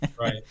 Right